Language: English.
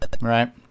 right